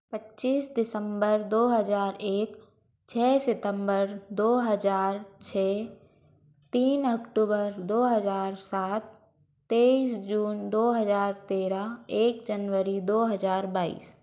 पच्चीस दिसंबर दो हज़ार एक छ सितंबर दो हज़ार छ तीन अक्टूबर दो हज़ार सात तेईस जून दो हज़ार तेरह एक जनवरी दो हज़ार बाईस